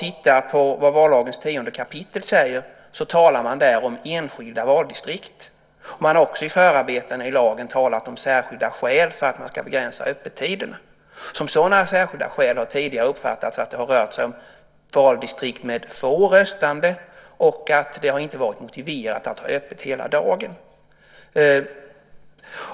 I vallagens 10 kap. talar man om enskilda valdistrikt. I förarbetena till lagen talar man också om särskilda skäl för att begränsa öppettiderna. Som sådana särskilda skäl har tidigare uppfattats att det har rört sig om valdistrikt med få röstande där det inte har varit motiverat att ha öppet hela dagen.